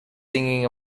singing